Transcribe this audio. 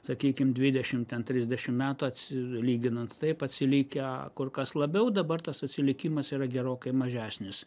sakykim dvidešim ten trisdešim metų atsi lyginant taip atsilikę kur kas labiau dabar tas atsilikimas yra gerokai mažesnis